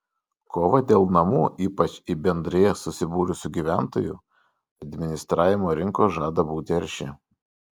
kova dėl namų ypač į bendrijas susibūrusių gyventojų administravimo rinkos žada būti arši